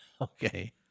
Okay